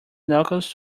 knuckles